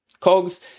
Cogs